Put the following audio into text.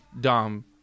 Dom